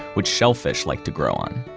which shellfish like to grow on.